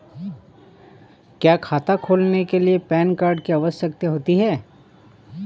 क्या खाता खोलने के लिए पैन कार्ड की आवश्यकता होती है?